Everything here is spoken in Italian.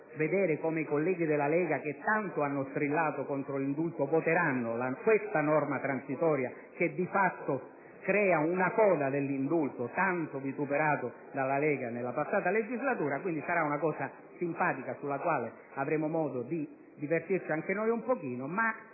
vedere come i colleghi della Lega, che tanto hanno strillato contro l'indulto, voteranno questa norma transitoria che di fatto crea una coda dell'indulto tanto vituperato dalla Lega nella passata legislatura: sarà una cosa simpatica, sulla quale avremo modo di divertirci anche noi un pochino.